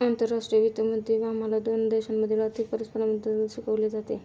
आंतरराष्ट्रीय वित्त मध्ये आम्हाला दोन देशांमधील आर्थिक परस्परसंवादाबद्दल शिकवले जाते